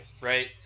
right